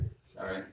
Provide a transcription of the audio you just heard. Sorry